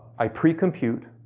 i pre-compute,